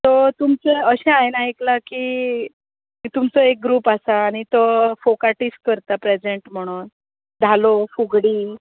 so तुमचे अशें हांवें आयकलां की तुमचो एक ग्रुप आसा तो फोक आर्टीस्ट करता प्रेजेंट म्हणोन धालो फुगडी